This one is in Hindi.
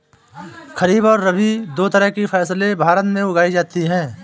खरीप और रबी दो तरह की फैसले भारत में उगाई जाती है